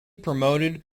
promoted